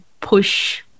push